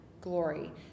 glory